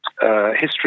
history